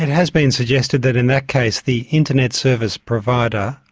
has been suggested that in that case the internet service provider,